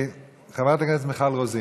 חברת הכנסת מיכל רוזין,